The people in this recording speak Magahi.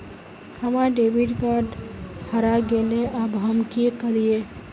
हमर डेबिट कार्ड हरा गेले अब हम की करिये?